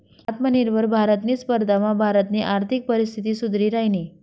आत्मनिर्भर भारतनी स्पर्धामा भारतनी आर्थिक परिस्थिती सुधरि रायनी